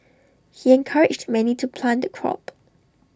he encouraged many to plant the crop